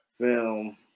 Film